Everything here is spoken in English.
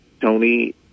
Tony